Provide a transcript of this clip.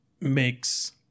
makes